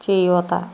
చేయూత